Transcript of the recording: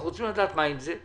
אנחנו רוצים לדעת מה עם זה.